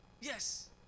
Yes